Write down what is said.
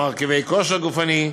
מרכיבי כושר גופני,